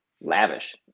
lavish